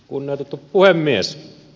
kunnioitettu puhemies